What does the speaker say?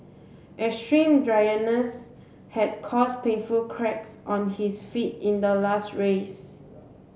extreme dryness had caused painful cracks on his feet in the last race